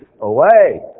away